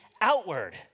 outward